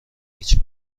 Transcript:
هیچ